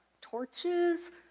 torches